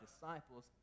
disciples